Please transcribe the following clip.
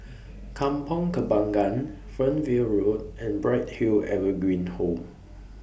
Kampong Kembangan Fernvale Road and Bright Hill Evergreen Home